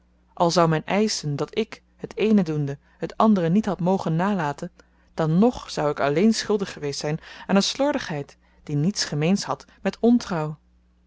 al zou men eischen dat ik het eene doende het andere niet had mogen nalaten dan ng zou ik alleen schuldig geweest zyn aan een slordigheid die niets gemeens had met ontrouw